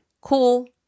cool